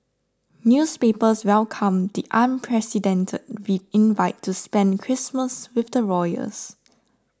newspapers welcomed the unprecedented V invite to spend Christmas with the royals